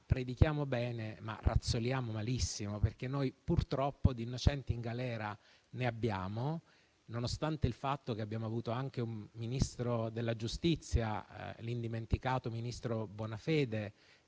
predichiamo bene e razzoliamo malissimo. Purtroppo di innocenti in galera ne abbiamo, nonostante il fatto che abbiamo avuto anche un Ministro della giustizia, l'indimenticato ministro Bonafede,